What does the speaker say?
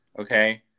Okay